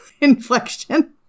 inflection